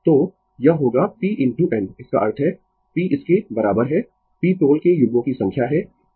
तो यह होगा p इनटू n इसका अर्थ है p इसके बराबर है p पोल के युग्मों की संख्या है